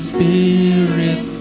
Spirit